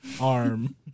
arm